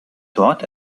dort